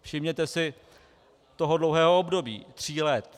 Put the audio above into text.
Všimněte si toho dlouhého období tří let.